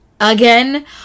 again